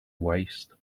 waste